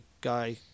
guy